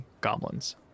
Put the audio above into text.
goblins